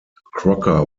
crocker